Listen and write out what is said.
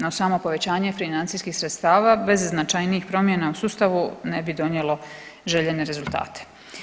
No samo povećanje financijskih sredstava bez značajnijih promjena u sustavu ne bi donijelo željene rezultate.